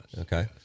Okay